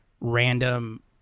random